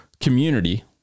community